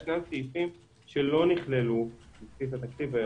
ישנם סעיפים שלא נכללו בבסיס התקציב,